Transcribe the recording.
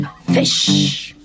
fish